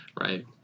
right